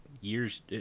years